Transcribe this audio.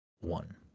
one